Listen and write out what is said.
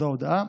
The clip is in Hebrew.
זו ההודעה.